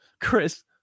Chris